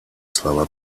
слова